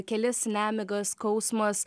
kelis nemiga skausmas